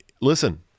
listen